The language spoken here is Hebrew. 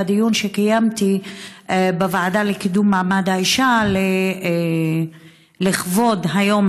בדיון שקיימתי בוועדה לקידום מעמד האישה לכבוד היום